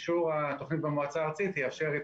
אישור התוכנית במועצה הארצית יאפשר את